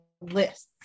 lists